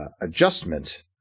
adjustment